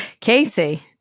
Casey